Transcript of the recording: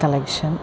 collection